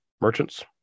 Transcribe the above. merchants